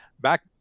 back